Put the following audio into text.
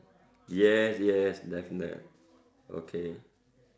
yes yes definite okay